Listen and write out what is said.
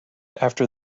after